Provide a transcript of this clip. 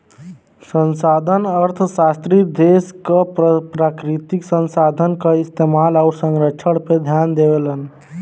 संसाधन अर्थशास्त्री देश क प्राकृतिक संसाधन क इस्तेमाल आउर संरक्षण पे ध्यान देवलन